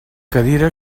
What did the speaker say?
cadira